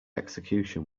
execution